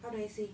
how do I say